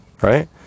right